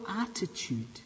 attitude